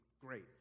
great